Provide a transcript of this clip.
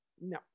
no